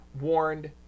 warned